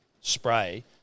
spray